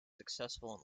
successful